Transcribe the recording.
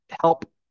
help